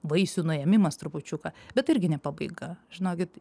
vaisių nuėmimas trupučiuką bet irgi ne pabaiga žinokit